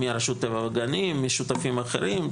מרשות הטבע והגנים, משותפים אחרים.